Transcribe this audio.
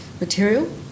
material